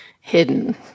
hidden